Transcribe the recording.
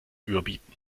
überbieten